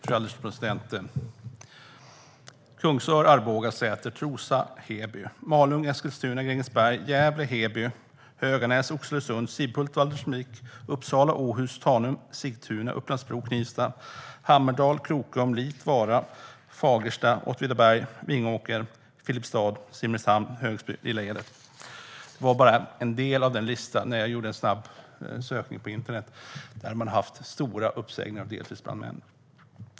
Fru ålderspresident! Kungsör, Arboga, Säter, Trosa, Heby, Malung, Eskilstuna, Grängesberg, Gävle, Heby, Höganäs, Oxelösund, Sibbhult, Valdemarsvik, Uppsala, Åhus, Tanum, Sigtuna, Upplands-Bro, Knivsta, Hammerdal, Krokom, Lit, Vara, Fagersta, Åtvidaberg, Vingåker, Filipstad, Simrishamn, Högsby, Lilla Edet - det var bara en del av de orter som jag fick fram vid en snabb sökning på internet där man har haft stora uppsägningar av deltidsbrandmän.